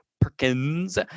Perkins